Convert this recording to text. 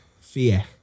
Fear